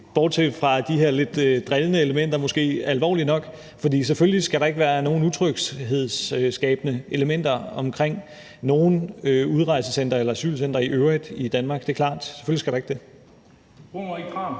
bortset fra de her lidt drillende elementer måske – er alvorlig nok, for selvfølgelig skal der ikke være nogen utryghedsskabende elementer omkring nogen udrejsecentre eller asylcentre i øvrigt i Danmark; det er klart, selvfølgelig skal der ikke det.